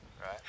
Right